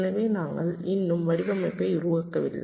எனவே நாங்கள் இன்னும் வடிவமைப்பை உருவாக்கவில்லை